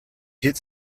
hit